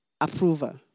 approval